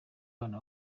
abantu